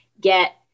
get